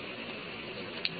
तो हाँ नहीं